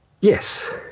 yes